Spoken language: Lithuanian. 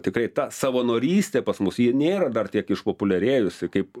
tikrai ta savanorystė pas mus ji nėra dar tiek išpopuliarėjusi kaip